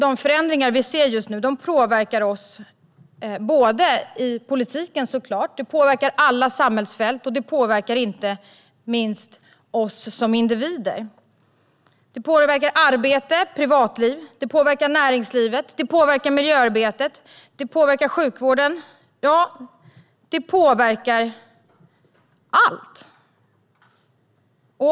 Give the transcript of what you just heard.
De förändringar vi ser på teknikområdet påverkar oss politiskt, inom alla samhällsfält och inte minst oss som individer. Tekniken påverkar arbete, privatliv, näringsliv, miljöarbete och sjukvård. Ja, den påverkar allt.